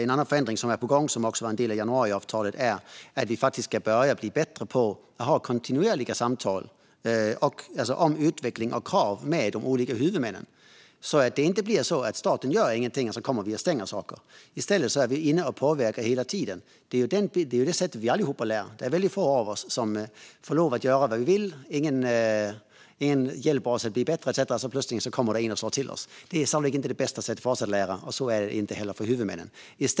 En annan förändring som är på gång och som också var en del av januariavtalet är att vi ska bli bättre på att ha kontinuerliga samtal om utveckling och krav med de olika huvudmännen så att det inte blir så att staten först gör ingenting och sedan kommer och stänger. I stället ska vi vara inne och påverka hela tiden. Det är på det sättet vi alla lär oss. Det är väldigt få av oss som får lov att göra vad vi vill utan att någon hjälper oss att bli bättre, och så plötsligt kommer det en och slår till oss. Det är sannolikt inte det bästa sättet för oss att lära oss, och det är det inte heller för huvudmännen.